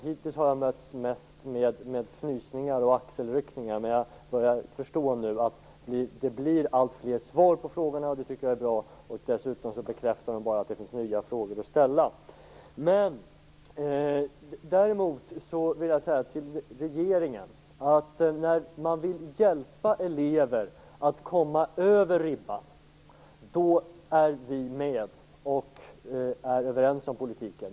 Hittills har jag mötts mest med fnysningar och axelryckningar, men jag märker nu att det kommer alltfler svar på frågorna, och det tycker jag är bra. Dessutom bekräftar svaren bara att det finns nya frågor att ställa. Däremot vill jag säga följande till regeringen. När ni vill hjälpa elever att komma över ribban, då är vi med och överens med er om politiken.